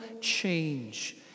change